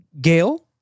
Gail